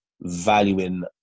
valuing